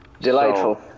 delightful